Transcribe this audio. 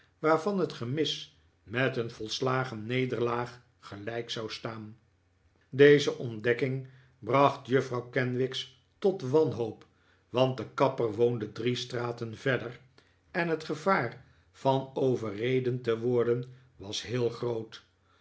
waarvan het gemis met een volslagen nederlaag gelijk zou staan deze ontdekking bracht juffrouw kenwigs tot wanhoop want de kapper woonde drie straten verder en het gevaar van overreden te worden was heel groot